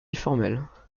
formelles